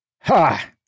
Ha